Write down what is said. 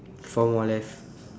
four more left